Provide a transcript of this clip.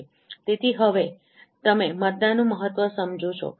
તેથી હવે તમે મતદાનનું મહત્વ સમજો છો